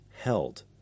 held